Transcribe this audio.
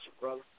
brother